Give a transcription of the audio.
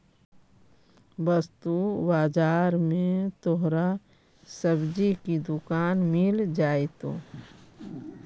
वस्तु बाजार में तोहरा सब्जी की दुकान मिल जाएतो